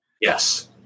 Yes